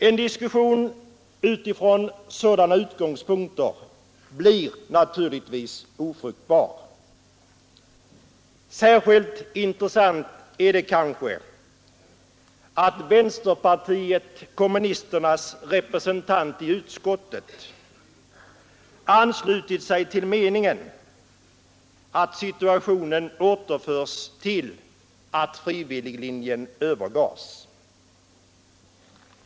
En diskussion utifrån sådana utgångspunkter blir naturligtvis ofruktbar. Särskilt intressant är det kanske att vänsterpartiet kommunisternas representant i utskottet anslutit sig till meningen att situationen återförs till att frivilliglinjen övergavs.